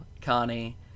Connie